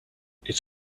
its